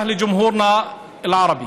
(אומר דברים בשפה הערבית,